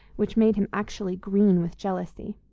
which made him actually green with jealousy.